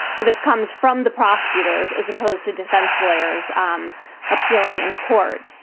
so this comes from the prosecutors as opposed to defense lawyers um appealing in court.